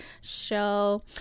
show